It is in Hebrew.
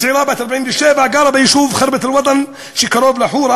צעירה בת 47 הגרה ביישוב ח'רבת-אל-וטן שקרוב לחורה: